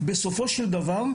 בסופו של דבר,